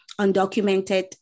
undocumented